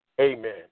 Amen